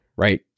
Right